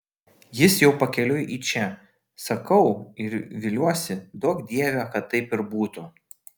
jis jau pakeliui į čia sakau ir viliuosi duok dieve kad taip ir būtų